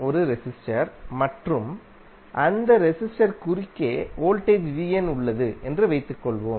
ஒரு ரெசிஸ்டர் மற்றும் அந்த ரெசிஸ்டர் குறுக்கே வோல்டேஜ் உள்ளது என்றுவைத்துக்கொள்வோம்